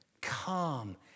come